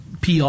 PR